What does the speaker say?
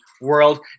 world